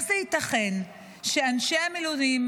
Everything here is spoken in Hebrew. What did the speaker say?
איך זה ייתכן שאנשי המילואים,